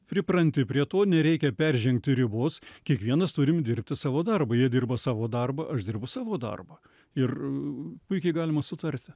pripranti prie to nereikia peržengti ribos kiekvienas turim dirbti savo darbą jie dirba savo darbą aš dirbu savo darbą ir puikiai galima sutarti